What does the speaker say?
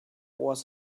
was